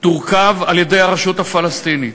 תורכב על-ידי הרשות הפלסטינית.